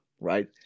right